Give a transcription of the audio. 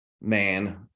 man